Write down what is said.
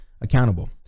accountable